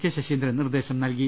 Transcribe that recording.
K Saseendran നിർദേശം നൽകി